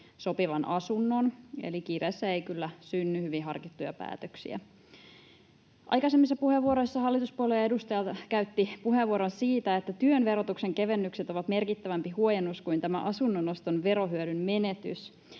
sopivan asunnon, eli kiireessä ei kyllä synny hyvin harkittuja päätöksiä. Aikaisemmissa puheenvuoroissa hallituspuolueen edustaja käytti puheenvuoron siitä, että työn verotuksen kevennykset ovat merkittävämpi huojennus kuin tämä asunnonoston verohyödyn menetys.